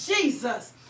Jesus